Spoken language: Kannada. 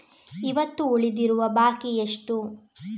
ಇವತ್ತು ಉಳಿದಿರುವ ಬಾಕಿ ಎಷ್ಟು?